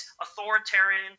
authoritarian